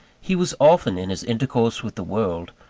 he was often, in his intercourse with the world,